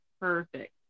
perfect